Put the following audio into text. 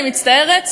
אני מצטערת,